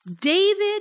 David